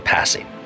Passing